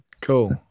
Cool